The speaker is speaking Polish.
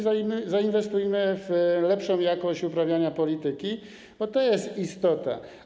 Zainwestujmy w lepszą jakość uprawiania polityki, bo to jest istota.